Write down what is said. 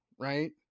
right